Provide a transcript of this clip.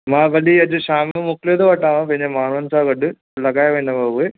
मां वरी अॼु शाम जो मोकिलिया थो तव्हां पंहिंजे माण्हुनि सां गॾु लॻाए वेंदव उहे